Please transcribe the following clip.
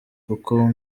kuko